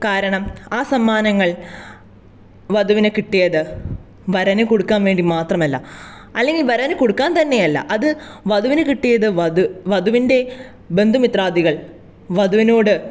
കാരണം ആ സമ്മാനങ്ങൾ വധുവിന് കിട്ടിയത് വരനു കൊടുക്കാൻ വേണ്ടി മാത്രമല്ല അല്ലെങ്കിൽ വരനു കൊടുക്കാൻ തന്നെയല്ല അത് വധുവിനു കിട്ടിയത് വധു വധുവിൻറ്റെ ബന്ധുമിത്രാദികൾ വധുവിനോട്